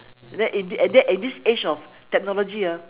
then in at that at this age of technology ah